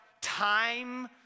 time